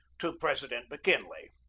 to president mckinley